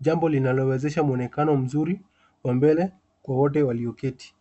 jambo linalowezesha muonekano mzuri wa mbele kwa wote walioketi.